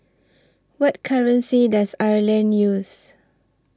What currency Does Ireland use